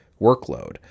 workload